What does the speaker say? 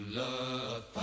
love